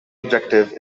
objective